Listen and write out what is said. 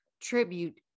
tribute